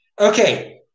okay